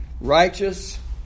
righteous